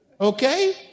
Okay